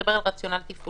איתן מדבר על רציונל תפעולי,